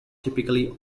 typically